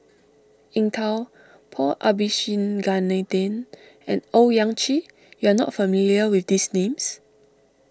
Eng Tow Paul Abisheganaden and Owyang Chi you are not familiar with these names